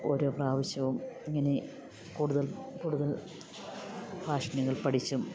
ഓരോ പ്രാവശ്യവും ഇങ്ങനെ കൂടുതൽ കൂടുതൽ ഫാഷനുകൾ പഠിച്ചും